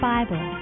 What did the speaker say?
Bible